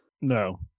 No